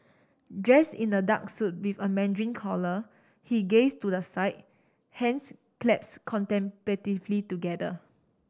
dressed in a dark suit with a mandarin collar he gazed to the side hands claps contemplatively together